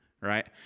right